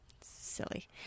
Silly